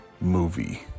movie